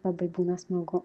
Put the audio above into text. labai būna smagu